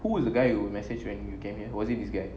who is the guy you message when you came here was it this guy